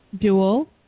Dual